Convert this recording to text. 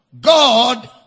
God